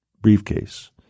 briefcase